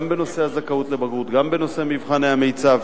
גם בנושא הזכאות לבגרות, גם בנושא מבחני המיצ"ב.